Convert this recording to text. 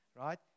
Right